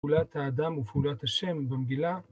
פעולת האדם ופעולת השם במגילה